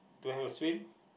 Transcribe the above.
to have a swim